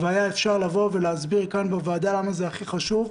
ואפשר היה לבוא ולהסביר כאן בוועדה למה זה הכי חשוב,